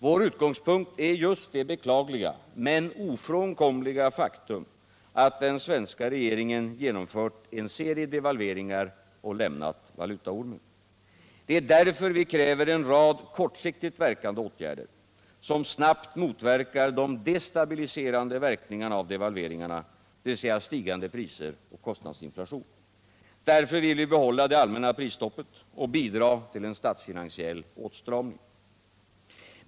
Vår utgångspunkt är just det beklagliga men ofrånkomliga faktum att den svenska regeringen genomfört en serie devalveringar och lämnat valutaormen. Det är därför vi kräver en rad kortsiktigt verkande åtgärder, som snabbt motverkar de destabiliserande verkningarna av devalveringarna, dvs. stigande priser och kostnadsinflation. Därför vill vi behålla det allmänna prisstoppet och bidra till en statsfinansiell åtstramning.